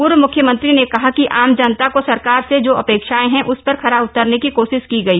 पूर्व मुख्यमंत्री ने कहा कि आम जनता को सरकार से जो अपेक्षाएं होती हैं उस पर खरा उतरने की कोशिश की गई